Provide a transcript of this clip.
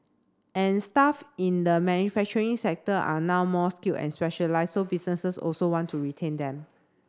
and staff in the manufacturing sector are now more skilled and specialised so businesses also want to retain them